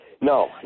No